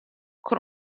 con